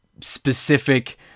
specific